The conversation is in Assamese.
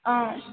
অঁ